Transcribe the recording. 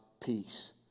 peace